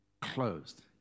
Closed